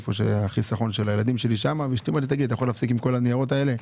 איפה שהחיסכון של הילדים שלי ואשתי מבקשת שאפסיק את כל הניירות האלה.